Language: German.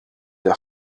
der